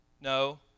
No